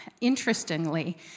interestingly